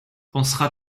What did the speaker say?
pensera